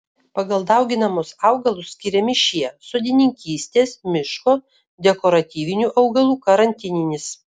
pagal dauginamus augalus skiriami šie sodininkystės miško dekoratyvinių augalų karantininis